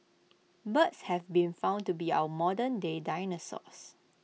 birds have been found to be our modernday dinosaurs